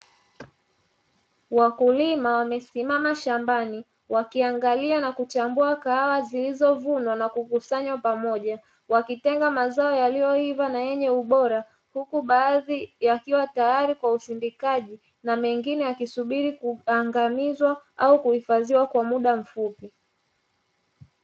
Wakulima wamesimama shambani, wakiangalia na kuchambua kahawa zilizovunwa na kukusanywa pamoja. Wakitenga mazao yaliyoiva na yenye ubora huku baadhi yakiwa tayari kwa usindikaji, na mengine yakisubiri kuangamizwa au kuhifadhiwa kwa muda mfupi.